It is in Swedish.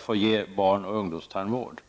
få erbjuda barn och ungdomstandvård.